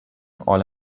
all